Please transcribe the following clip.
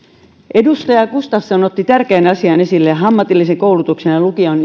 edustaja gustafsson otti tärkeän asian esille ammatillisen koulutuksen ja lukion